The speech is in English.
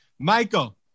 Michael